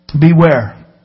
Beware